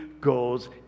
goes